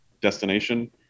destination